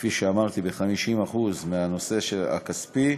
כפי שאמרתי, ב-50% בנושא הכספי.